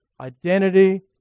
identity